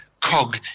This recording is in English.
cog